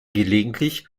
gelegentlich